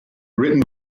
written